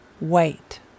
Wait